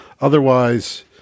otherwise